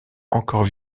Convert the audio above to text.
encore